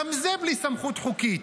גם זה בלי סמכות חוקית.